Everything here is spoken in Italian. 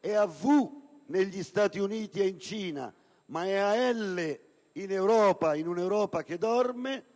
è a «V» negli Stati Uniti e in Cina, ma purtroppo è a «L» in un'Europa che dorme),